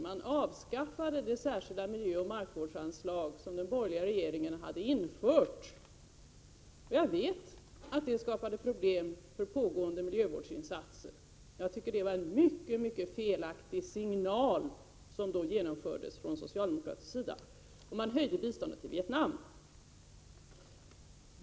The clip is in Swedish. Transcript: Först och främst avskaffade man det särskilda miljöoch markvårdsanslag som den borgerliga regeringen hade infört. Jag vet att det skapade problem när det gällde pågående miljövårdsinsatser, och jag tycker att det var en mycket, mycket felaktig signal som gavs från socialdemokratisk sida. Vidare höjde man biståndet till Vietnam.